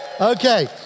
Okay